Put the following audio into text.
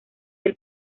del